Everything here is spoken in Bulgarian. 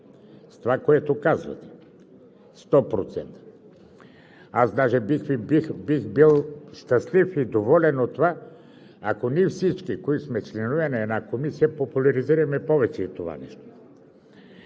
с това, което казвате – сто процента. Аз даже бих бил щастлив и доволен от това, ако ние всички, които сме членове на една комисия, популяризираме повече това нещо.